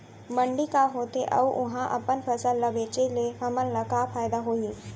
मंडी का होथे अऊ उहा अपन फसल ला बेचे ले हमन ला का फायदा होही?